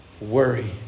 worry